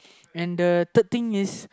and the third thing is